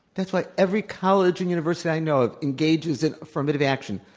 it's like every college and university i know of engages in affirmative action.